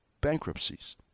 bankruptcies